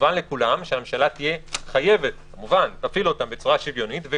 מובן לכולם שהממשלה תהיה חייבת להפעיל אותם כמובן בצורה שוויונית.